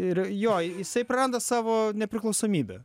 ir jo jisai praranda savo nepriklausomybę